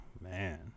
man